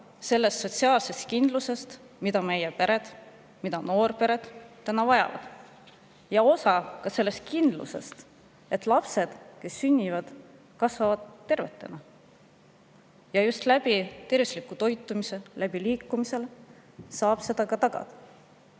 sellest sotsiaalsest kindlusest, mida meie pered, sealhulgas noored pered täna vajavad, ja osa ka sellest kindlusest, et lapsed, kes sünnivad, kasvavad tervetena. Just tervisliku toitumise ja liikumisega saab seda tagada.